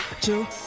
Two